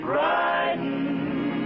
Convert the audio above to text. riding